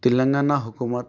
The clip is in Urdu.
تلنگانہ حکومت